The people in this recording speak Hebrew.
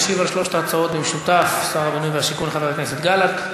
ישיב על שלוש ההצעות במשותף שר הבינוי והשיכון חבר הכנסת גלנט.